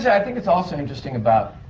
say. i think it's also interesting about